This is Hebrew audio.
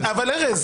-- ארז,